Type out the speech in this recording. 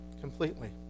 completely